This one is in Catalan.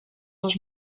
els